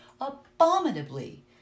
abominably